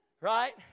Right